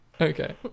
Okay